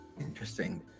interesting